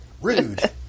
Rude